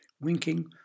winking